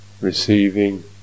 receiving